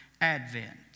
Advent